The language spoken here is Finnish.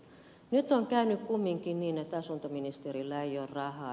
nyt on käynyt kumminkin niin että asuntoministeriöllä ei ole rahaa